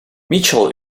mitchell